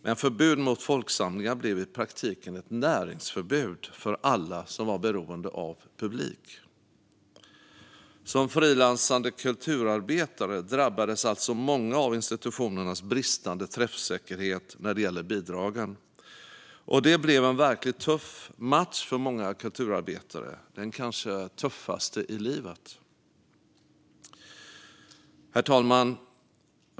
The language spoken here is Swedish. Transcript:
Men förbud mot folksamlingar blev i praktiken ett näringsförbud för alla som var beroende av publik. Många frilansande kulturarbetare drabbades alltså av institutionernas bristande träffsäkerhet när det gällde bidragen. Detta blev en verkligt tuff match för många kulturarbetare, den kanske tuffaste i livet. Herr talman!